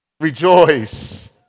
Rejoice